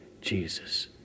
Jesus